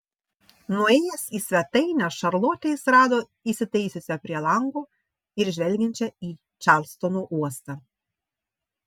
nuėjęs į svetainę šarlotę jis rado įsitaisiusią prie lango ir žvelgiančią į čarlstono uostą